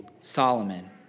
Solomon